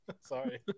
Sorry